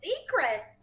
secrets